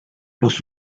los